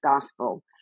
gospel